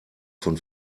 von